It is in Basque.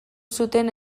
zuten